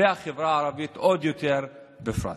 ועוד יותר החברה הערבית.